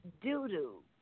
doo-doo